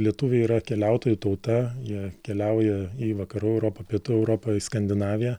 lietuviai yra keliautojų tauta jie keliauja į vakarų europą pietų europą į skandinaviją